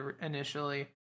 initially